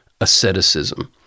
asceticism